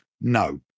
no